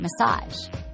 massage